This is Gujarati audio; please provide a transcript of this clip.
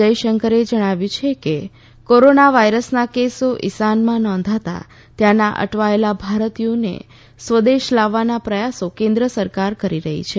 જયશંકરે જણાવ્યું છે કે કોરોના વાયરસના કેસો ઇરાનમાં નોંધાતા ત્યાં અટવાયેલા ભારતીયોને સ્વદેશ લાવવાના પ્રયાસો કેન્દ્ર સરકાર કરી રહી છે